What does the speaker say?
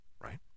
Right